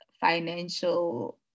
financial